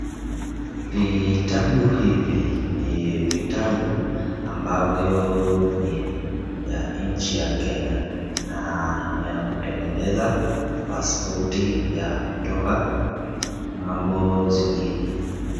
Vitabu hivi ni vitabu ambavyo ni vya nchi ya kenya na ni vya kutengeneza paspoti ya kutoka ng'ambo zingine.